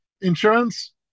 insurance